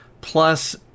plus